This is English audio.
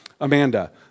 Amanda